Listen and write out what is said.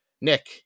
Nick